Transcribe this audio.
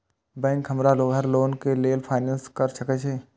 Bank हमरा घर loan के लेल फाईनांस कर सके छे?